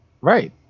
right